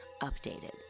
Updated